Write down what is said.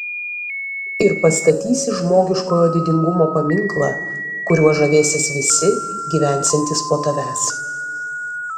ir pastatysi žmogiškojo didingumo paminklą kuriuo žavėsis visi gyvensiantys po tavęs